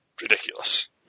ridiculous